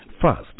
First